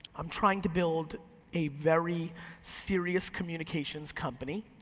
i'm trying to build a very serious communications company,